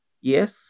Yes